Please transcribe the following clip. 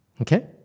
Okay